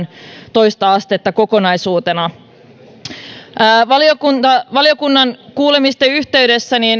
toista astetta kokonaisuutena valiokunnan kuulemisten yhteydessä